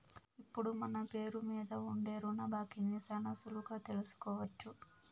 ఇప్పుడు మన పేరు మీద ఉండే రుణ బాకీని శానా సులువుగా తెలుసుకోవచ్చు